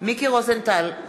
מיקי רוזנטל,